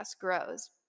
grows